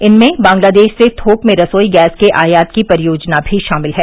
इनमें बंगलादेश से थोक में रसोईगैस के आयात की परियोजना भी शामिल है